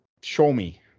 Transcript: show-me